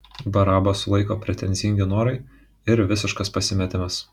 barabą sulaiko pretenzingi norai ir visiškas pasimetimas